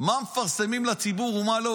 מה מפרסמים לציבור ומה לא.